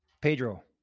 Pedro